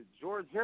George